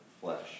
flesh